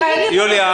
יש הרבה סינים.